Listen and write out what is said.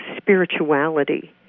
spirituality